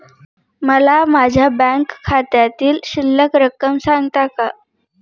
मला माझ्या बँक खात्यातील शिल्लक रक्कम सांगता का?